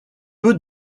peu